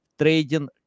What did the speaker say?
trading